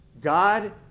God